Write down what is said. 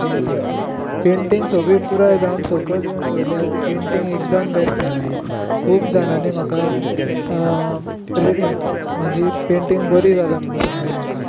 painting painting सगळी पुराय जावन सकयल येवन पळयल्यार पेंटिंग एकदम बेस्ट जाल्ली खूब जाणानीं म्हाका री म्हाजी पेंटिंग बरी जाला म्हणुन सांगलें म्हाका